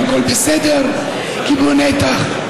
אדוני היושב-ראש.